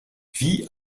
wie